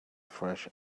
fresh